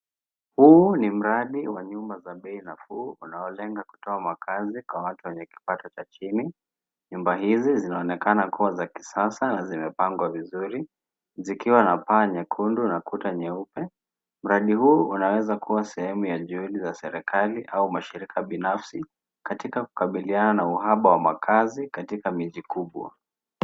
Huu ni mradi wa nyumba za bei nafuu unaolenga kutoa makazi Kwa watu wenye kipato cha chini. Nyumba hizi zinaoonekana kuwa za kisasa na zimepangwa vizuri zikiwa na paa nyekundu na kuta nyeupe. Mradi huu unaweza kuwa sehemu ya juhudi za serikali au mashirika binafsi katika kukabiliana na uhaba wa makazi katika miji kubwa.